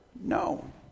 No